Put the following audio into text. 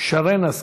שרן השכל.